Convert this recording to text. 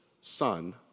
son